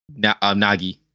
Nagi